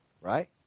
right